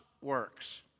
works